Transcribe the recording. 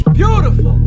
Beautiful